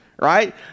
right